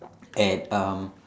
at uh